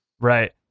Right